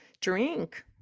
drink